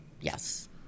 Yes